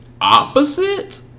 opposite